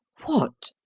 what!